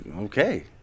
Okay